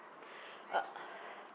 uh